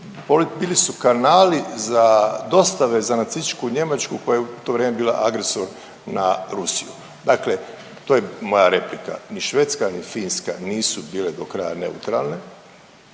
ili su kanali za dostave za nacističku Njemačku koja je u to vrijeme bila agresor na Rusiju. Dakle, to je moja replika ni Švedska, ni Finska nisu bile do kraja neutralne